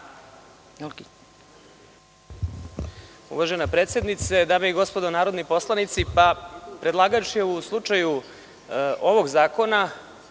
Uvažena predsednice, dame i gospodo narodni poslanici, predlagač je u slučaju ovog zakona